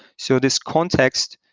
so this context,